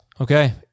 Okay